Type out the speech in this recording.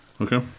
Okay